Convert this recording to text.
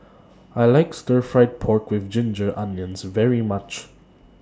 I like Stir Fried Pork with Ginger Onions very much